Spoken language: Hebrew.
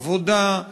העבודה,